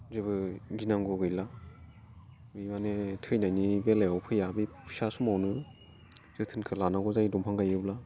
जेबो गिनांगौ गैला माने थैनायनि बेलायाव फैया बे फिसा समावनो जोथोनखौ लानांगौ जायो दंफां गायोब्ला